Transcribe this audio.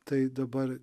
tai dabar